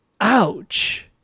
ouch